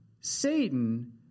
Satan